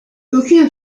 aucune